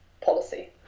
policy